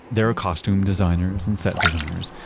there are costume designers and set designers,